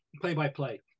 play-by-play